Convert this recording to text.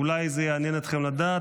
אולי זה יעניין אתכם לדעת,